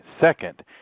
second